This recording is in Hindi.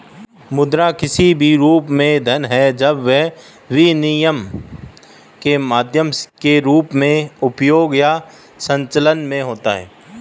मुद्रा किसी भी रूप में धन है जब विनिमय के माध्यम के रूप में उपयोग या संचलन में होता है